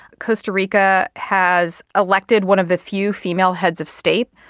costa rica has elected one of the few female heads of state.